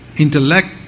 intellect